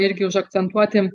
irgi užakcentuoti